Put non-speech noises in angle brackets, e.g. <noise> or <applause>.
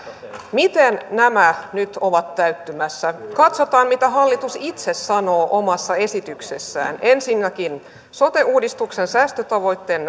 miten nämä nyt ovat täyttymässä katsotaan mitä hallitus itse sanoo omassa esityksessään ensinnäkin sote uudistuksen säästötavoitteen <unintelligible>